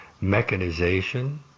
mechanization